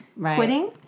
quitting